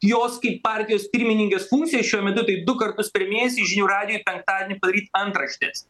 jos kaip partijos pirmininkės funkcija šiuo metu tai du kartus per mėnesį žinių radijui penktadienį padaryt antraštes